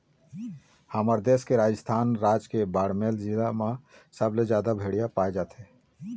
हमर देश के राजस्थान राज के बाड़मेर जिला म सबले जादा भेड़िया पाए जाथे